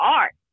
art